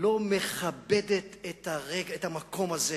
לא מכבדת את המקום הזה.